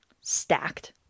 stacked